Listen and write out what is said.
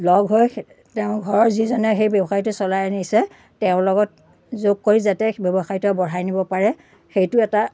লগ হৈ তেওঁ ঘৰৰ যিজনে সেই ব্যৱসায়টো চলাই আনিছে তেওঁৰ লগত যোগ কৰি যাতে ব্যৱসায়টো আৰু বঢ়াই নিব পাৰে সেইটো এটা